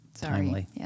timely